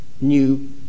new